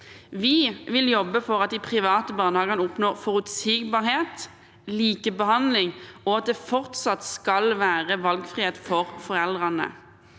Vi vil jobbe for at de private barnehagene oppnår forutsigbarhet og likebehandling, og at det fortsatt skal være valgfrihet for foreldrene.